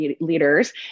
leaders